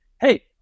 hey